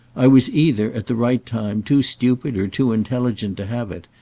i was either, at the right time, too stupid or too intelligent to have it,